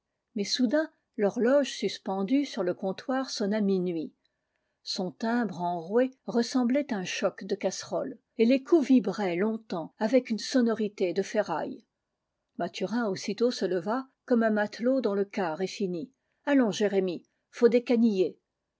mais soudain l'horloge suspendue sur le comptoir sonna minuit son timbre enroué ressemblait à un choc de casseroles et les coups vibraient longtemps avec une sonorité de ferraille mathurin aussitôt se leva comme un matelot dont le quart est fini allons jérémie faut